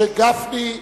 התש"ע 2009,